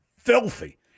filthy